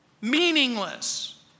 meaningless